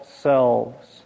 selves